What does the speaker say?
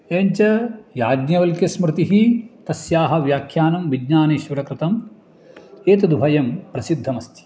एवञ्च याज्ञवल्क्यस्मृतिः तस्याः व्याख्यानं विज्ञानेश्वरकृतम् एतदुभयं प्रसिद्धमस्ति